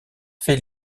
fait